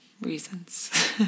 reasons